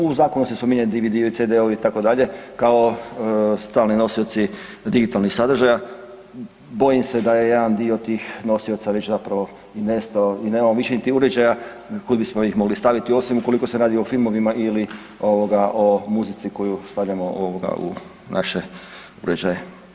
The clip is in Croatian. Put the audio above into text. U zakonu se spominje DVD, CD itd., kao stalni nosioci digitalnih sadržaja bojim se da je jedan dio tih nosioca već zapravo i nestao i nemamo više niti uređaja kud bismo ih mogli staviti osim ukoliko se radi o filmovima ili ovoga o muzici koju stavljamo u naše uređaje.